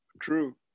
True